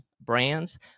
brands